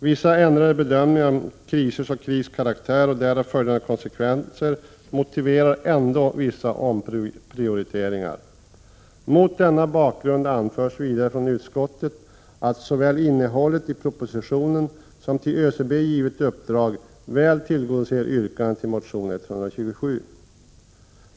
Vissa ändrade bedömningar om krisers och krigs karaktär och därav följande konsekvenser motiverar ändå vissa omprioriteringar. Mot denna bakgrund anförs vidare från utskottet att såväl innehållet i propositionen som till ÖCB givet uppdrag väl tillgodoser yrkandet i motion 127.